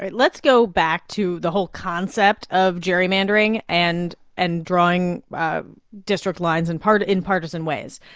but let's go back to the whole concept of gerrymandering and and drawing district lines in partisan partisan ways.